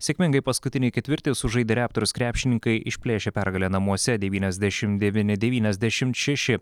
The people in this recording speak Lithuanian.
sėkmingai paskutinį ketvirtį sužaidę reptors krepšininkai išplėšė pergalę namuose devyniasdešim devyni devyniasdešimt šeši